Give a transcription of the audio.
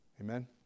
Amen